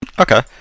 Okay